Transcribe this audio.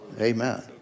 Amen